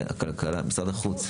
משרד החוץ,